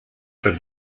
per